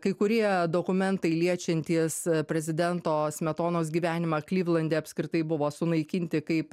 kai kurie dokumentai liečiantys prezidento smetonos gyvenimą klivlande apskritai buvo sunaikinti kaip